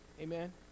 amen